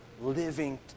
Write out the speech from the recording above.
living